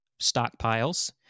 stockpiles